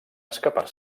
escapar